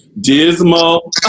dismal